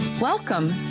Welcome